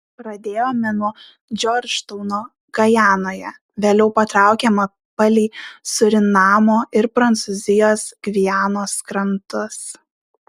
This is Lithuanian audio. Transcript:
pradėjome nuo džordžtauno gajanoje vėliau patraukėme palei surinamo ir prancūzijos gvianos krantus